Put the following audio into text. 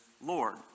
Lord